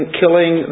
killing